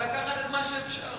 ולקח עליו את מה שאפשר.